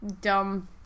dumb